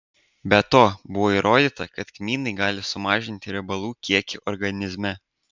be to buvo įrodyta kad kmynai gali sumažinti riebalų kiekį organizme